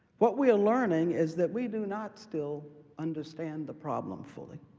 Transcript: what we are learning is that we do not still understand the problem fully.